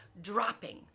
dropping